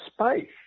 space